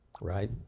Right